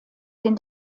den